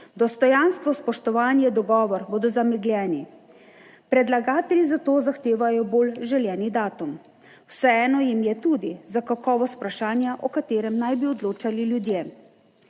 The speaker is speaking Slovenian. dostojanstvo, spoštovanje, dogovor, bodo zamegljeni. Predlagatelji za to zahtevajo bolj želeni datum, vseeno jim je tudi za kakovost vprašanja, o katerem naj bi odločali ljudje.